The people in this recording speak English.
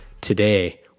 Today